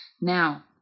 now